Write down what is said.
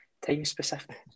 Time-specific